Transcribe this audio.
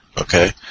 Okay